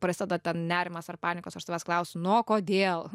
prasideda ten nerimas ar panikos aš tavęs klausiu nu o kodėl